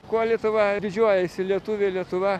kuo lietuva didžiuojasi lietuviai lietuva